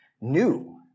new